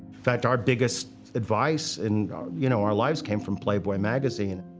fact, our biggest advice in you know our lives came from playboy magazine.